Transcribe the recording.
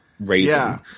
raising